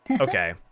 Okay